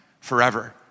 forever